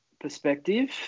perspective